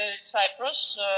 Cyprus